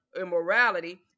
immorality